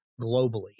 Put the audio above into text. globally